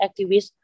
activists